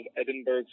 Edinburgh